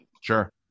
Sure